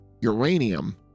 uranium